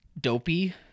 dopey